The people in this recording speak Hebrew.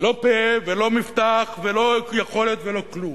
לא פה ולא מפתח ולא יכולת ולא כלום.